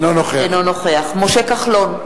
אינו נוכח משה כחלון,